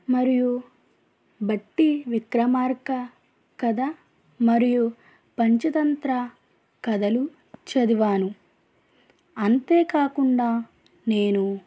మరియు బట్టి విక్రమార్క కథ మరియు పంచతంత్ర కథలు చదివాను అంతేకాకుండా నేనూ